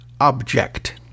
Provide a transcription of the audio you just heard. object